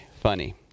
funny